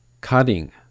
cutting